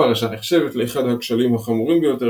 הפרשה נחשבת לאחד הכשלים החמורים ביותר